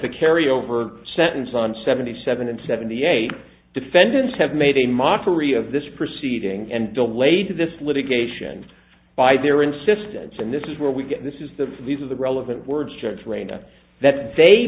the carry over sentence on seventy seven and seventy eight defendants have made a mockery of this proceeding and delayed this litigation by their insistence and this is where we get this is the these are the relevant words gents rayna that they